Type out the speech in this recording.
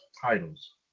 titles